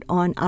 on